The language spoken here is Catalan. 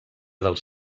dels